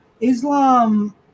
Islam